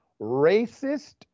racist